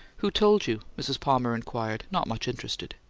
who told you? mrs. palmer inquired, not much interested.